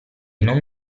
non